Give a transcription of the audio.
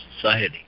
Society